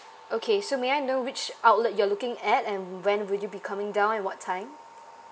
okay so may I know which outlet you're looking at and when will you be coming down and what time